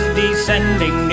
descending